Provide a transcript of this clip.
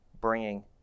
bringing